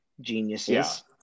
geniuses